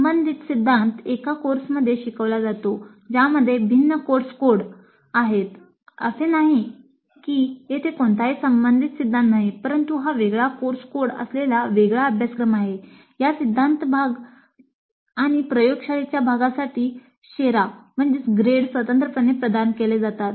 tier २ संस्था स्वतंत्रपणे प्रदान केले जातात